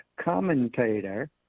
commentator